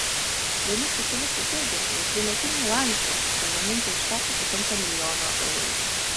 vieni specialistai teigia jog vienetinei lancia pagaminti užteko pusantro milijono eurų